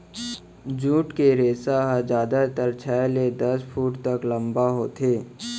jute के रेसा ह जादातर छै ले दस फूट तक लंबा होथे